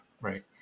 right